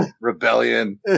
rebellion